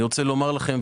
אני רוצה לומר לכם,